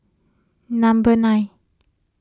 number nine